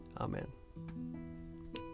Amen